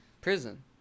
Prison